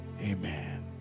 amen